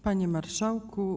Panie Marszałku!